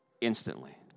instantly